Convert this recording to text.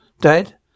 Dad